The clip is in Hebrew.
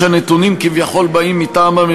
אבל זה מה שצריך לעשות, זאת מן הטעמים הבאים,